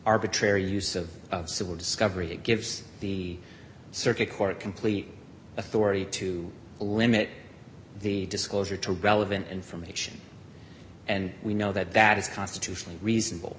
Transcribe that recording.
arbitrary use of of civil discovery it gives the circuit court complete authority to limit the disclosure to relevant information and we know that that is constitutionally reasonable